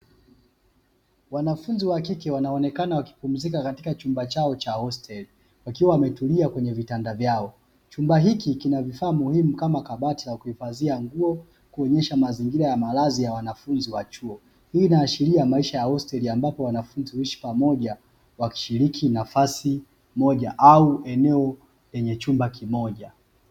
Wanafunzi wa kike wanaonekana wakipumzika katika chumba chao cha hostel wakiwa wametulia kwenye vitanda vyao, chumba hiki kina vifaa muhimu kama: kabati la kuhifadhia nguo kuonyeaha mazingira ya malazi ya wanafunzi wa chuo, hii inaashiria maisha ya hostel ambapo wanafunzi huishi pamoja wskishiriki nafasi moja au eneo lenye chumba kimoja.